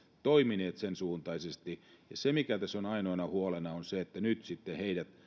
toimineet sen suuntaisesti ja se mikä tässä on ainoana huolena on se että nyt heidän sitten